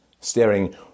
staring